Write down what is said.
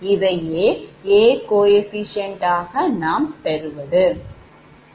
இவையே A குணகம் ஆக நாம் பெற்றது